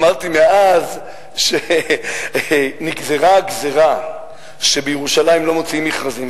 אמרתי: מאז שנגזרה הגזירה שבירושלים לא מוציאים מכרזים,